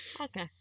okay